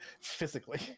physically